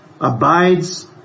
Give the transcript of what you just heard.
abides